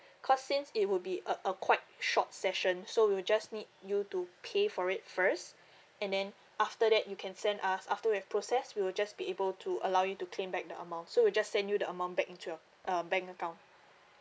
because since it would be a a quite short session so we will just need you to pay for it first and then after that you can send us after we have processed we will just be able to allow you to claim back the amount so we just send you the amount back into your uh bank account